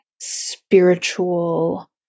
spiritual